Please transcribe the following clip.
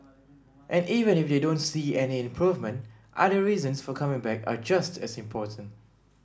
and even if they don't see any improvement other reasons for coming back are just as important